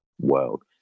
world